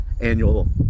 annual